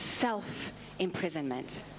Self-imprisonment